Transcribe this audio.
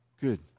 Good